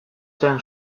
zen